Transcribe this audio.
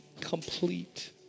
complete